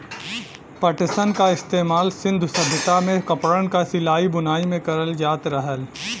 पटसन क इस्तेमाल सिन्धु सभ्यता में कपड़न क सिलाई बुनाई में करल जात रहल